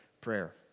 prayer